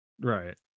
Right